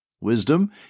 Wisdom